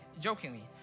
jokingly